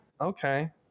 Okay